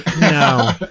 no